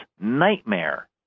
nightmare